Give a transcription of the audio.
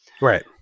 Right